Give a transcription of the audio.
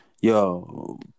yo